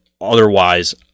otherwise